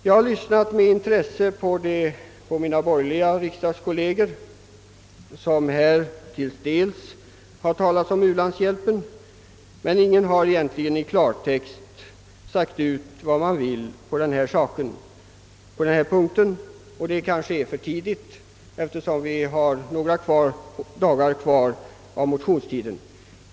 Jag har lyssnat med intresse på mina borgerliga riksdagskolleger, som här till dels har talat om u-landshjälpen, men ingen har egentligen i klartext sagt ut vad man önskar på denna punkt. Det är kanske för tidigt, eftersom vi har några dagar kvar av motionstiden.